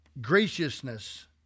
Graciousness